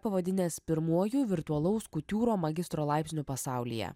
pavadinęs pirmuoju virtualaus kutiūro magistro laipsniu pasaulyje